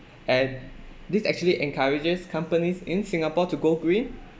and this actually encourages companies in singapore to go green